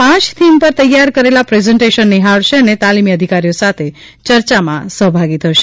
પાંચ થીમ પર તૈયાર કરેલા પ્રેઝન્ટેશન નિહાળશે અને તાલીમી અધિકારીઓ સાથે ચર્ચામાં સહભાગી થશે